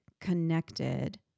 connected